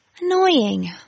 Annoying